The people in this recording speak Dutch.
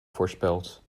voorspeld